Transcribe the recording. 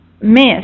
miss